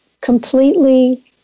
completely